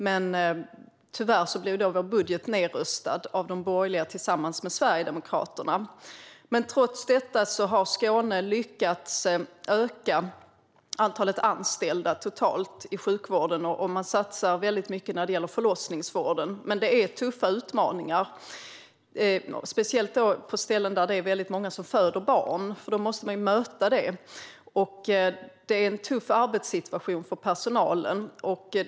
Men tyvärr blev vår budget nedröstad av de borgerliga tillsammans med Sverigedemokraterna. Trots detta har Skåne lyckats öka antalet anställda totalt i sjukvården, och man satsar väldigt mycket på förlossningsvården. Men det är tuffa utmaningar, speciellt på ställen där det är väldigt många som föder barn. Då måste man möta det. Det är en tuff arbetssituation för personalen.